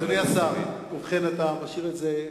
אדוני השר, ובכן, אתה משאיר את זה,